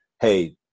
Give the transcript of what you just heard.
hey